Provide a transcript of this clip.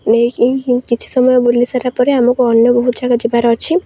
ନେଇକି ହିଁ କିଛି ସମୟ ବୁଲି ସାରିଲା ପରେ ଆମକୁ ଅନ୍ୟ ବହୁତ ଜାଗା ଯିବାର ଅଛି